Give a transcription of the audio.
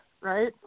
right